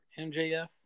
MJF